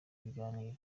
ibiganiro